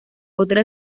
otra